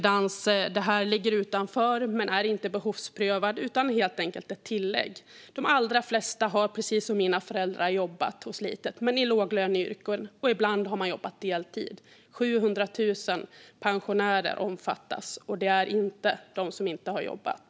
Det här ligger utanför, men det är inte behovsprövat. Det är helt enkelt ett tillägg. De allra flesta har, precis som mina föräldrar, jobbat och slitit, men i låglöneyrken. Ibland har man jobbat deltid. 700 000 pensionärer omfattas, och det är inte de som inte har jobbat.